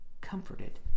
comforted